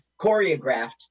choreographed